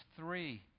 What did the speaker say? three